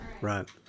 Right